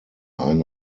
ein